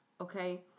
Okay